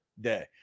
day